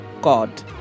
God